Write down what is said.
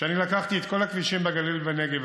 שאני לקחתי את כל הכבישים בגליל ובנגב,